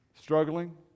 struggling